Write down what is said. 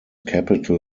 capital